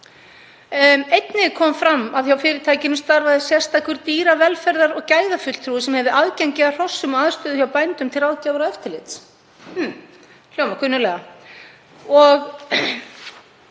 Einnig kom fram að hjá fyrirtækinu starfaði sérstakur dýravelferðar- og gæðafulltrúi sem hefði aðgengi að hrossum og aðstöðu hjá bændum til ráðgjafar og eftirlits. Hljómar kunnuglega.